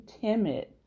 timid